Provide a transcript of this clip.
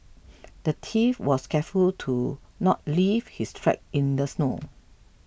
the thief was careful to not leave his track in the snow